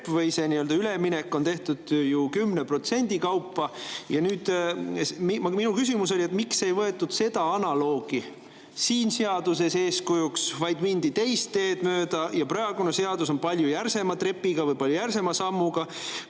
või see üleminek on tehtud 10% kaupa. Minu küsimus oli, miks ei võetud seda analoogi siin seaduses eeskujuks, vaid mindi teist teed mööda. Praegune seadus on palju järsema trepiga või palju järsema sammuga.